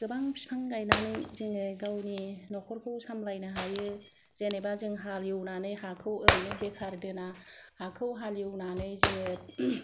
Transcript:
गोबां बिफां गाइनानै जोङो गावनि नखरखौ सामलायनो हायो जेनोबा जोंहा हाल एवनानै हाखौ ओरैनो बेखार दोना हाखौ हाल एवनानै जोङो